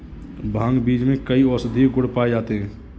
भांग बीज में कई औषधीय गुण पाए जाते हैं